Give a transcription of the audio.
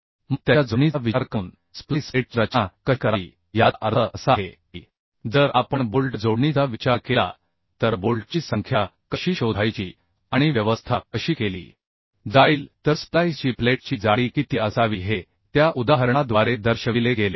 मग त्याच्या जोडणीचा विचार करून स्प्लाइस प्लेटची रचना कशी करावी याचा अर्थ असा आहे की जर आपण बोल्ट जोडणीचा विचार केला तर बोल्टची संख्या कशी शोधायची आणि व्यवस्था कशी केली जाईल तर स्प्लाइसची प्लेटची जाडी किती असावी हे त्या उदाहरणाद्वारे दर्शविले गेले आहे